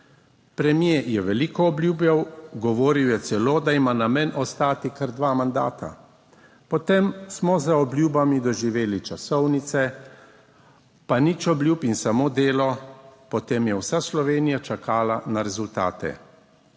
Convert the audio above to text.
Premier je veliko obljubljal, govoril je celo, da ima namen ostati kar dva mandata. Potem smo za obljubami doživeli časovnice, pa nič obljub in samo delo. Potem je vsa Slovenija čakala na rezultate.